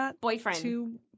boyfriend